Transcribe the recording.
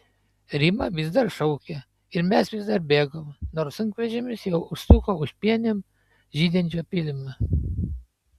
rima vis dar šaukė ir mes vis dar bėgom nors sunkvežimis jau užsuko už pienėm žydinčio pylimo